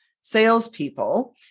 salespeople